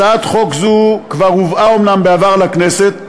הצעת חוק זו כבר הובאה אומנם בעבר לכנסת,